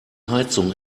heizung